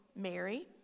Mary